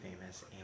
famous